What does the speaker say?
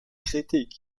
kritik